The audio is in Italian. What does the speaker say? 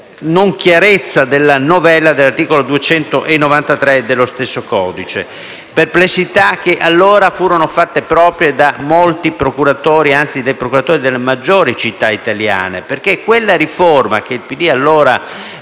non chiarezza della novella dell'articolo 293 dello stesso codice. Perplessità che allora furono fatte proprie da molti procuratori, anzi dai procuratori delle maggiori città italiane perché quella riforma, che il PD allora